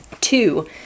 two